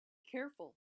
careful